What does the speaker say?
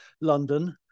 London